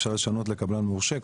אפשר לשנות לקבלן מורשה,